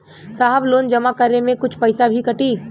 साहब लोन जमा करें में कुछ पैसा भी कटी?